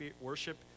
worship